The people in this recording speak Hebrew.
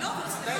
ההצעה